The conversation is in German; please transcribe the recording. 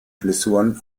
blessuren